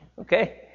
Okay